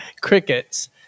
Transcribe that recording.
crickets